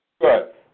Good